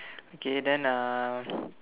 okay then uh